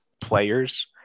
players